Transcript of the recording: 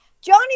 Johnny